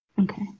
okay